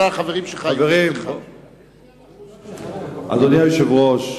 אדוני היושב-ראש,